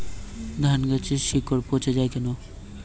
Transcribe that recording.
ধানগাছের শিকড় পচে য়ায় কেন?